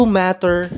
matter